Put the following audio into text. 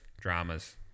dramas